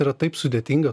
yra taip sudėtinga